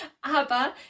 aber